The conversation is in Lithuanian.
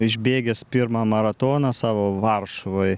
išbėgęs pirmą maratoną savo varšuvoj